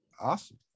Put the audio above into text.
awesome